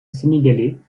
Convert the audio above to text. sénégalais